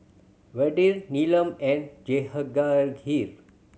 Vedre Neelam and